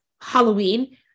halloween